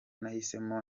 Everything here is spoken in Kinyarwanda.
nahisemo